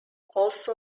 also